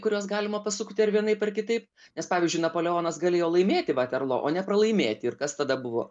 kuriuos galima pasukti ir vienaip ar kitaip nes pavyzdžiui napoleonas galėjo laimėti vaterlo o ne pralaimėti ir kas tada buvo